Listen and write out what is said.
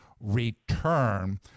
return